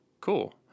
Cool